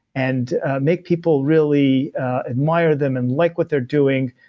and make people really admire them and like what they're doing,